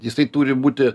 jisai turi būti